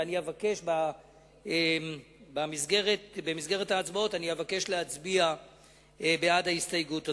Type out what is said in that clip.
ואבקש במסגרת ההצבעות להצביע בעד ההסתייגות הזאת.